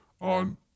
on